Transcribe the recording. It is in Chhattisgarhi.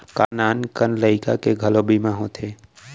का नान कन लइका के घलो बीमा होथे?